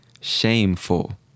Shameful